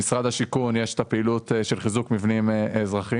במשרד השיכון יש את הפעילות של חיזוק מבנים אזרחיים.